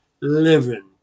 living